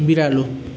बिरालो